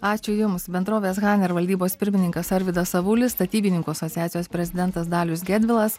ačiū jums bendrovės haner valdybos pirmininkas arvydas avulis statybininkų asociacijos prezidentas dalius gedvilas